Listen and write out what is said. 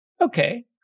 okay